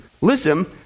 listen